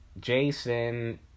Jason